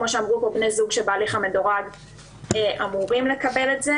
בני זוג שבהליך המדורג אמורים לקבל את זה.